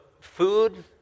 food